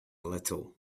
little